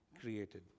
created